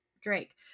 drake